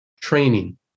Training